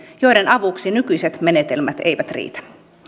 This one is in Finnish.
joiden avuksi nykyiset menetelmät eivät riitä